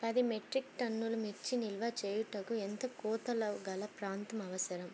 పది మెట్రిక్ టన్నుల మిర్చి నిల్వ చేయుటకు ఎంత కోలతగల ప్రాంతం అవసరం?